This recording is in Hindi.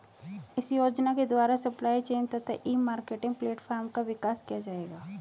इस योजना के द्वारा सप्लाई चेन तथा ई मार्केटिंग प्लेटफार्म का विकास किया जाएगा